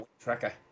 tracker